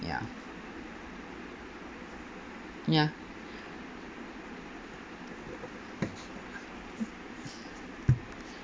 ya ya